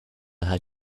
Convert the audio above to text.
had